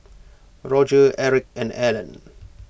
Roger Erick and Ellen